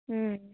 ம்